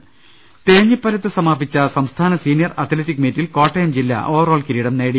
്് തേഞ്ഞിപ്പലത്ത് സമാപിച്ച സംസ്ഥാന senior athletic മീറ്റിൽ കോട്ടയം ജില്ല ഓവറോൾ കിരീടം നേടി